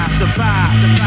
survive